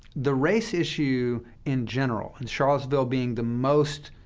the race issue in general, and charlottesville being the most